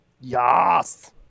Yes